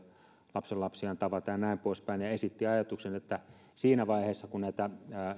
lapsenlapsiaan tavata ja näin poispäin hän esitti ajatuksen että siinä vaiheessa kun näitä